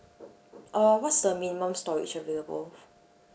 err what's the minimum storage available